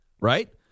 Right